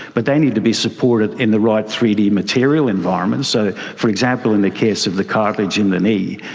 but they need to be supported in the right three d material environment, so for example in the case of the cartilage in the knee,